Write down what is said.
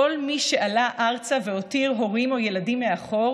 כל מי שעלה ארצה והותיר הורים או ילדים מאחור